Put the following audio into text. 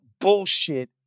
bullshit